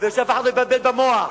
ושאף אחד לא יבלבל במוח.